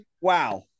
wow